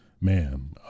man